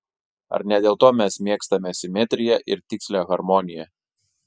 ar ne dėl to mes mėgstame simetriją ir tikslią harmoniją